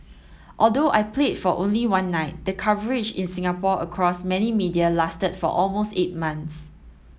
although I played for only one night the coverage in Singapore across many media lasted for almost eight months